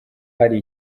hari